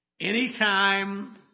Anytime